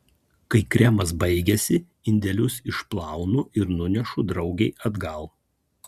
kai kremas baigiasi indelius išplaunu ir nunešu draugei atgal